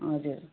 हजुर